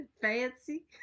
Fancy